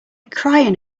crying